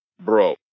bro